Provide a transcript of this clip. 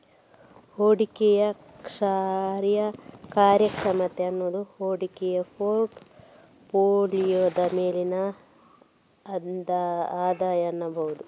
ಹೂಡಿಕೆಯ ಕಾರ್ಯಕ್ಷಮತೆ ಅನ್ನುದು ಹೂಡಿಕೆ ಪೋರ್ಟ್ ಫೋಲಿಯೋದ ಮೇಲಿನ ಆದಾಯ ಅನ್ಬಹುದು